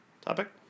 topic